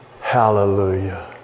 Hallelujah